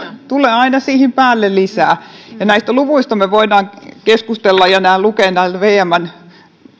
tulee aina siihen päälle lisää näistä luvuista me voimme keskustella ja nämä lukevat näissä vmn